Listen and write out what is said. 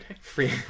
free